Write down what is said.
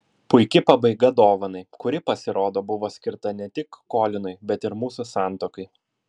puiki pabaiga dovanai kuri pasirodo buvo skirta ne tik kolinui bet ir mūsų santuokai